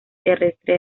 terrestre